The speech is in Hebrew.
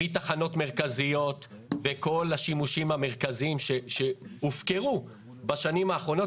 מתחנות מרכזיות וכל השימושים המרכזיים שהופקעו בשנים האחרונות,